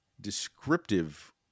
descriptive